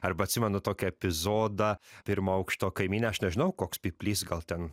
arba atsimenu tokį epizodą pirmo aukšto kaimynė aš nežinau koks pyplys gal ten